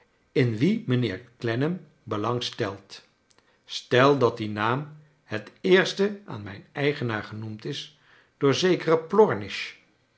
in wie mijnheer clennam belang stelt stel dat die naam het eerst aan mijn eigenaar genoemd is door zekeren